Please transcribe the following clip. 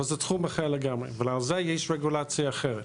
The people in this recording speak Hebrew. אבל זה תחום אחר לגמרי, ועל זה יש רגולציה אחרת,